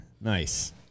Nice